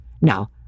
Now